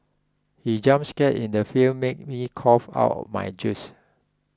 he jump scare in the film made me cough out my juice